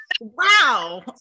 Wow